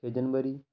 چھ جنوری